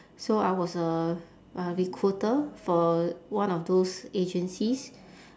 so I was a a recruiter for one of those agencies